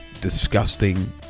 disgusting